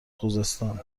خوزستان